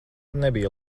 nebija